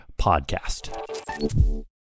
podcast